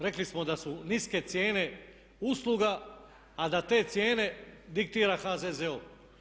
Rekli smo da su niske cijene usluga a da te cijene diktira HZZO.